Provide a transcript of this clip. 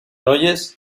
oyes